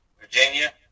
Virginia